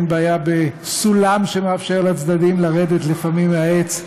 אין בעיה בסולם שמאפשר לצדדים לרדת לפעמים מהעץ.